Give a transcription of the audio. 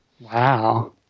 Wow